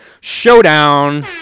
showdown